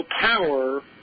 power